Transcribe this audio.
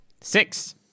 Six